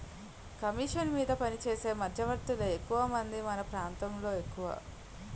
commission మీద పనిచేసే మధ్యవర్తులే ఎక్కువమంది మన ప్రాంతంలో ఎక్కువ